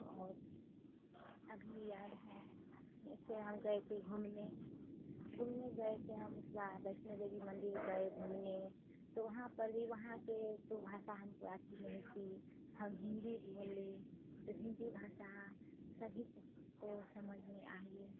और अभी याद हैं जैसे हम गए थे घूमने घूमने गए थे हम इस बार वैष्णो देवी मन्दिर गए घूमने तो वहाँ पर भी वहाँ के तो भाषा हमको आती नहीं थी हम हिन्दी बोले तो हिन्दी भाषा सभी को तो समझ में आ ही